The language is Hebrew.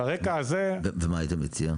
ומה היית מציע?